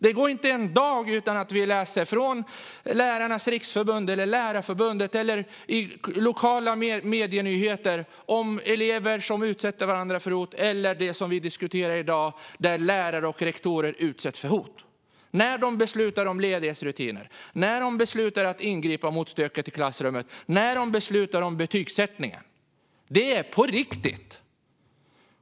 Det går inte en dag utan att vi hör från Lärarnas Riksförbund, Lärarförbundet eller lokala medienyheter om elever som utsätter varandra för hot eller om det som vi diskuterar i dag, att lärare och rektorer utsätts för hot när de beslutar om ledighetsrutiner, när de beslutar att ingripa mot stöket i klassrummet och när de beslutar om betygsättning. Detta är på riktigt.